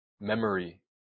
Memory